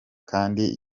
kandi